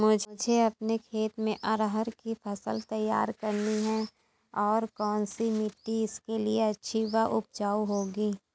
मुझे अपने खेत में अरहर की फसल तैयार करनी है और कौन सी मिट्टी इसके लिए अच्छी व उपजाऊ होगी?